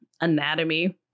Anatomy